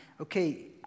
Okay